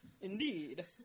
Indeed